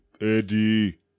Eddie